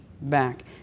back